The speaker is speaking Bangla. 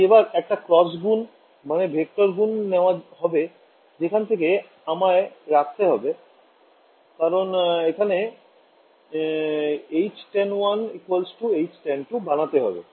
তাই এবার একটা ক্রস গুণ মানে ভেক্টর গুণ নেওয়া হবে যেখান থেকে আমায় রাখতে হবে কারণ এখানে Htan1 Htan2 বানাতে হবে